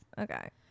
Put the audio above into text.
okay